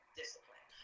discipline